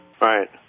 Right